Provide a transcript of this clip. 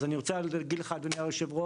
אז אני רוצה להגיד לך אדוני היו"ר,